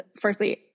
firstly